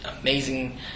amazing